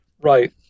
Right